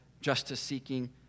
justice-seeking